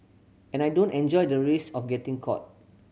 and I don't enjoy the risk of getting caught